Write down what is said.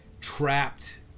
trapped